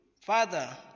Father